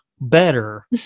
better